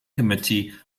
committee